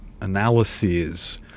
analyses